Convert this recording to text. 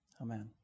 Amen